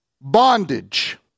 Bondage